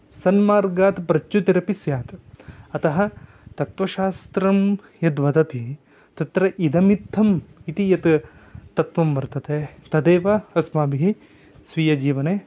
सन्मार्गात् प्रच्युतिरपि स्यात् अतः तत्वशास्त्रं यद् वदति तत्र इदमित्थम् इति यत् तत्वं वर्तते तदेव अस्माभिः स्वीयजीवने